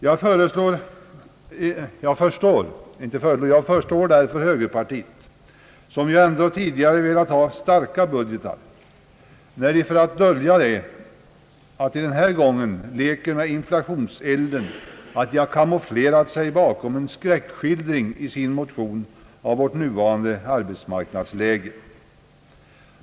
Jag förstår därför högerpartiet, som ju ändå tidigare har önskat starka budgetar, när det — för att dölja att man den här gången leker med inflationselden — i sin motion kamouflerat sig bakom en skräckskildring av vårt nuvarande arbetsmarknadsläge.